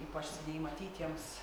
ypač seniai matytiems